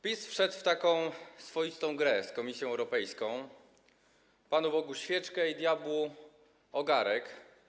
PiS wszedł w taką swoistą grę z Komisją Europejską: Panu Bogu świeczkę, a diabłu ogarek.